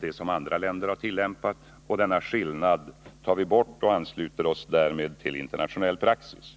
den som andra länder har tillämpat. Denna skillnad tar vi bort, och vi ansluter oss därmed till internationell praxis.